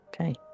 Okay